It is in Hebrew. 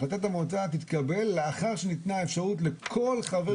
החלטת המועצה תתקבל לאחר שניתנה אפשרות לכל חבר.